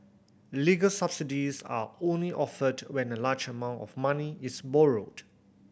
legal subsidies are only offered when a large amount of money is borrowed